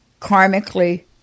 karmically